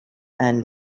and